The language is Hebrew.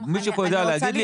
מישהו כאן יודע להגיד לי?